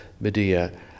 Medea